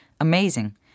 amazing